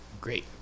great